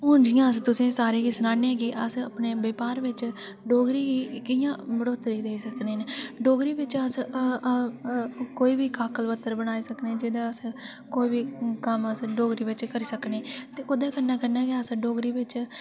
हून जियां अस तुसें सारें गी सनाने कि अस अपने ब्यापार च डोगरी गी कि'यां बढोतरी देई सकने आं डोगरी बिच अस कोई बी काकल पत्तर बनाई सकने जेह्दा अस कोई बी कम्म अस डोगरी च करी सकने आं ओह्दे कन्नै कन्नै डोगरी च अस डोगरी बिच